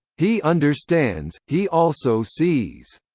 he understands, he also sees.